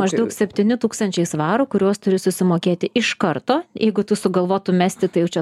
maždaug septyni tūkstančiai svarų kuriuos turi susimokėti iš karto jeigu tu sugalvotum mesti tai jau čia